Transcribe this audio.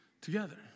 together